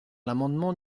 l’amendement